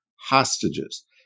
hostages